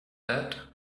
that